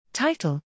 Title